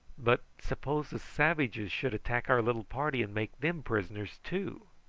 but suppose the savages should attack our little party and make them prisoners too.